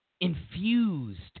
infused